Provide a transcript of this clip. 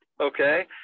okay